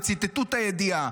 וציטטו את הידיעה.